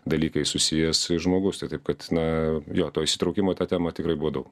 dalykais susijęs žmogus tai taip kad na jo to įsitraukimo ta tema tikrai buvo daug